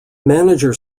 manager